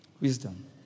Wisdom